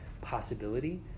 possibility